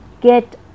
Get